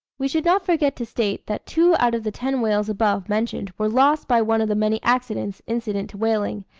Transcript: we should not forget to state that two out of the ten whales above mentioned were lost by one of the many accidents incident to whaling,